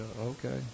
Okay